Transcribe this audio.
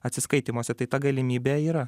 atsiskaitymuose tai ta galimybė yra